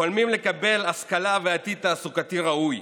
חולמים לקבל השכלה ועתיד תעסוקתי ראוי,